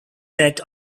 that